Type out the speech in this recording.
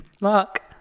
Mark